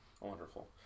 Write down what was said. Wonderful